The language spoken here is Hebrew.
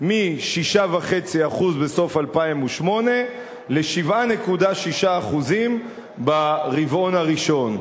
מ-6.5% בסוף 2008 ל-7.6% ברבעון הראשון,